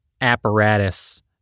apparatus